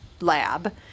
lab